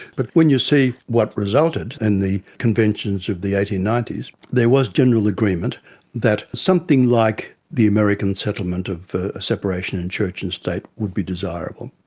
but when you see what resulted and the conventions of the eighteen ninety s, there was general agreement that something like the american settlement of a separation in church and state would be desirable.